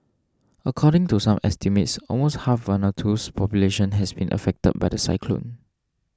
according to some estimates almost half Vanuatu's population has been affected by the cyclone